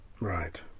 Right